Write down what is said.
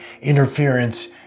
interference